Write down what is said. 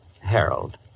Harold